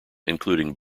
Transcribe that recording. including